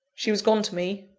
she was gone to me,